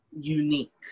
unique